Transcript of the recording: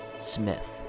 Smith